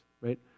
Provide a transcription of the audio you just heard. right